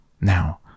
Now